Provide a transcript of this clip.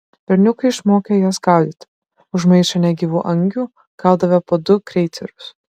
berniukai išmokę jas gaudyti už maišą negyvų angių gaudavę po du kreicerius